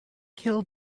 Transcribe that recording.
killed